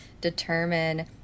determine